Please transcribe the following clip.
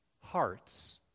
hearts